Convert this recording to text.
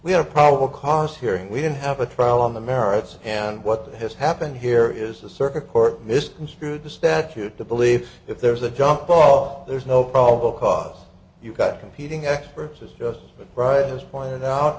we have probable cause hearing we can have a trial on the merits and what has happened here is the circuit court misconstrued the statute to believe if there is a jump ball there's no probable cause you've got competing experts as just right as pointed out